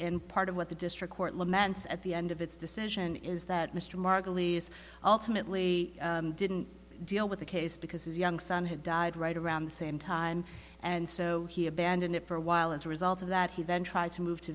in part of what the district court laments at the end of its decision is that mr margulies ultimately didn't deal with the case because his young son had died right around the same time and so he abandoned it for a while as a result of that he then tried to move to